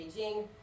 Beijing